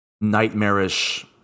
nightmarish